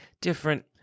different